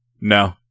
No